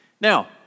Now